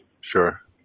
Sure